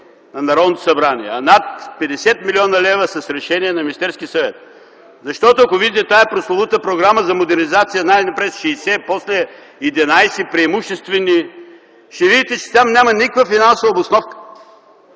на Народното събрание, а над 50 млн. лв. – с решение на Министерския съвет. Ако видите тази прословута Програма за модернизация, най-напред – 60, после 11 преимуществени, ще установите, че там няма никаква финансова обосновка.